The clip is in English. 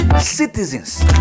citizens